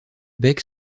bec